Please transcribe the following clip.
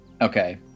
Okay